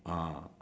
ah